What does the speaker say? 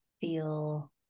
feel